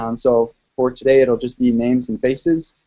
um so for today it'll just be names and faces